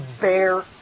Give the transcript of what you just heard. bear